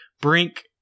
Brink